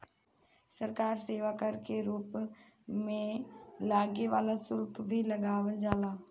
सरकार सेवा कर के रूप में लागे वाला शुल्क भी लगावल जाला